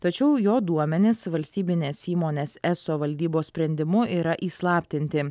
tačiau jo duomenys valstybinės įmonės eso valdybos sprendimu yra įslaptinti